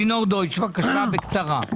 לינור דויטש, בבקשה, בקצרה.